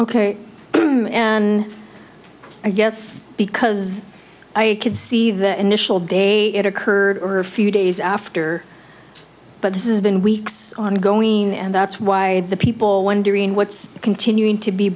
ok and i guess because i could see the initial day it occurred or a few days after but this is been weeks on going and that's why the people wondering what's continuing to be